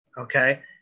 okay